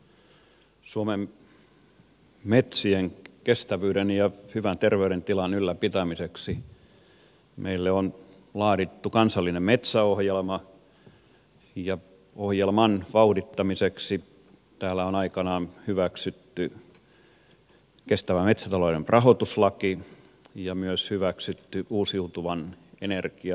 suomen metsien kestävyyden ja hyvän terveydentilan ylläpitämiseksi meille on laadittu kansallinen metsäohjelma ja ohjelman vauhdittamiseksi täällä on aikanaan hyväksytty kestävän metsätalouden rahoituslaki ja myös hyväksytty uusiutuvan energian ohjelma